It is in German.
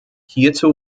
hierzu